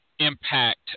Impact